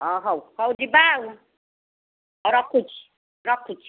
ଓ ହଉ ହଉ ଯିବା ଆଉ ହଉ ରଖୁଛି ରଖୁଛି